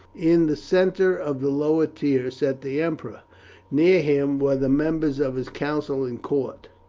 in the centre of the lower tier sat the emperor near him were the members of his council and court.